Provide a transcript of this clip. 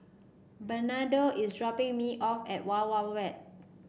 Bernardo is dropping me off at Wild Wild Wet